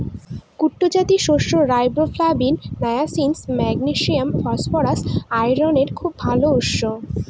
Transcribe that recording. কুট্টু জাতীয় শস্য riboflavin, niacin, magnesium, phosphorus, আয়রনের খুব ভাল উৎস